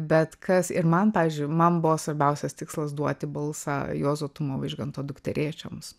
bet kas ir man pavyzdžiui man buvo svarbiausias tikslas duoti balsą juozo tumo vaižganto dukterėčioms